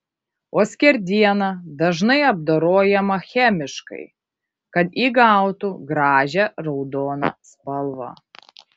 o skerdiena dažnai apdorojama chemiškai kad įgautų gražią raudoną spalvą